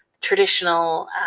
traditional